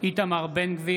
(קורא בשם חבר הכנסת) איתמר בן גביר,